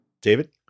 David